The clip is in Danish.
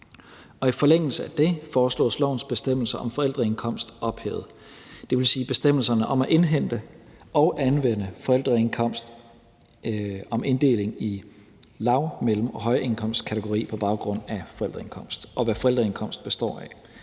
I forlængelse af det foreslås lovens bestemmelser om forældreindkomst ophævet, dvs. bestemmelserne om at indhente og anvende forældreindkomst, om inddeling i lav-, mellem- og højindkomstkategori på baggrund af forældreindkomst og om, hvad forældreindkomst består af.